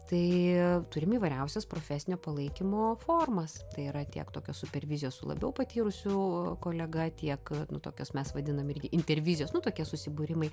tai turim įvairiausias profesinio palaikymo formas tai yra tiek tokio super vizijos su labiau patyrusiu kolega tiek nu tokios mes vadinam irgi intervizijos nu tokie susibūrimai